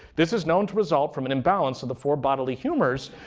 this is known to result from an imbalance of the four bodily humors,